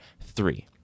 Three